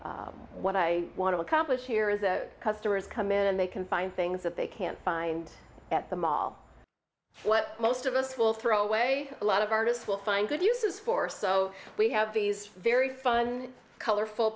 of what i want to accomplish here is that customers come in and they can find things that they can't find at the mall what most of us will throw away a lot of artists will find good uses for so we have these very fun colorful